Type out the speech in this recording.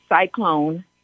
cyclone